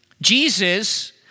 Jesus